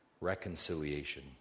Reconciliation